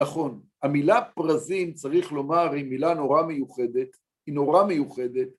נכון, המילה פרזין צריך לומר היא מילה נורא מיוחדת, היא נורא מיוחדת